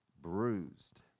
bruised